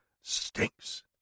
stinks